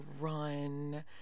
run